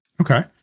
Okay